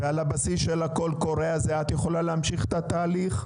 ועל הבסיס של קול הקורא הזה את יכולה להמשיך את התהליך?